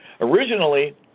Originally